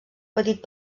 petit